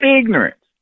ignorance